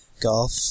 golf